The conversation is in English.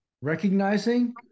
recognizing